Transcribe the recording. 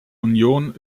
union